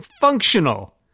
functional